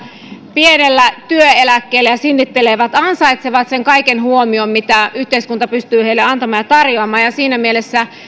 pienellä työeläkkeellä ja sinnittelevät ansaitsevat kaiken sen huomion minkä yhteiskunta pystyy heille antamaan ja tarjoamaan siinä mielessä ei